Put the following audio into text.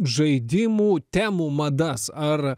žaidimų temų madas ar